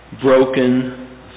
broken